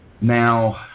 Now